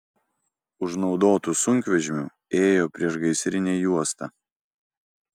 už naudotų sunkvežimių ėjo priešgaisrinė juosta